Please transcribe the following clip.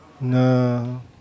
No